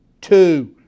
two